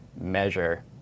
measure